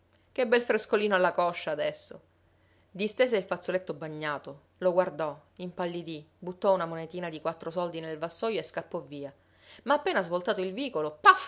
che bel frescolino alla coscia adesso distese il fazzoletto bagnato lo guardò impallidì buttò una monetina di quattro soldi nel vassojo e scappò via ma appena svoltato il vicolo